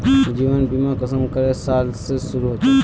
जीवन बीमा कुंसम करे साल से शुरू होचए?